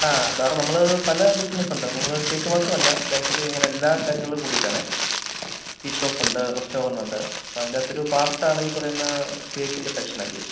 ആ സാർ നമ്മളിത് പല ബിസിനെസ്സുണ്ട് നമ്മള് കേക്ക് മാത്രമല്ല ബേക്കറി അങ്ങനെ എല്ലാ കാര്യങ്ങളും കൂടിയിട്ടാണേ ടീ ഷോപ്പുണ്ട് റെസ്റ്റോറന്റുണ്ട് അപ്പോള് അതിൻ്റകത്തൊരു പാർട്ട് ആണ് ഈ പറയുന്ന കേക്കിന്റെ സെക്ഷനൊക്കെ